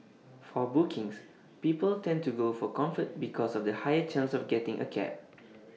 for bookings people tend to go for comfort because of the higher chance of getting A cab